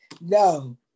No